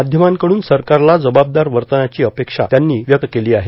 माध्यमांकडून सरकारला जबाबदार वर्तनाची अपेक्षा त्यांनी व्यक्त केली आहे